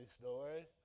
story